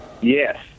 Yes